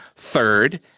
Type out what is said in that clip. third,